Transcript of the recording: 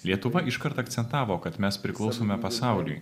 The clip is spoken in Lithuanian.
lietuva iškart akcentavo kad mes priklausome pasauliui